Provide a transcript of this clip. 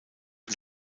und